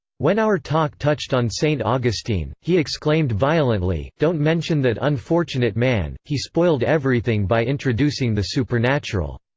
when our talk touched on st. augustine, he exclaimed violently don't mention that unfortunate man he spoiled everything by introducing the supernatural